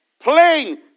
plain